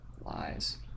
lies